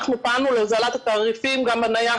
אנחנו פעלנו להוזלת התעריפים גם בנייח